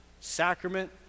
Sacrament